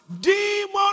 Demon